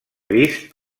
vist